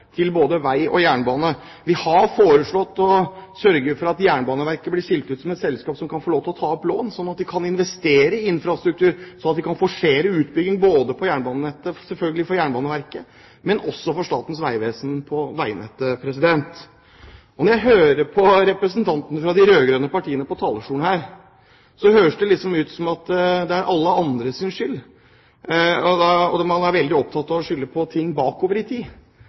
selskap som kan få lov til å ta opp lån, sånn at de kan investere i infrastruktur og kan forsere utbygging på jernbanenettet, og for Statens vegvesen på veinettet. Når jeg hører på representantene fra de rød-grønne partiene på talerstolen her, høres det ut som om det er alle andres skyld. Man er veldig opptatt av å skylde på ting bakover i tid.